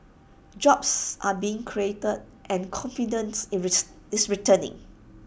jobs are being created and confidence is is returning